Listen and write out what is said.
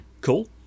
Cool